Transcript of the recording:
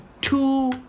Two